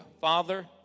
Father